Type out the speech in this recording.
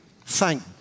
thank